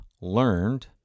learned